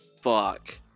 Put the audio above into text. fuck